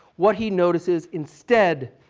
what he notices, instead,